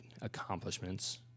accomplishments